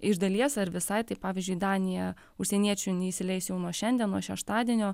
iš dalies ar visai tai pavyzdžiui danija užsieniečių neįsileis jau nuo šiandienos šeštadienio